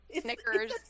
snickers